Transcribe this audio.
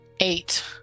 Eight